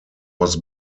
was